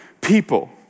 people